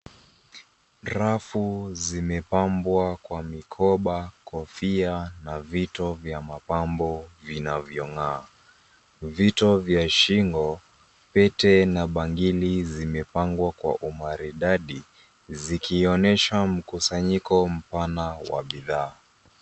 Rafu zimepambwa kwa mikoba, kofia na vito vya mapambo vinavyong'aa. Vito vya shingo, pete na bangili zimepangwa kwa maridadi, zikionyesha mkusanyiko mpana wa bidhaa.